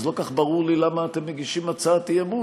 אז לא כל כך ברור לי למה אתם מגישים הצעת אי-אמון?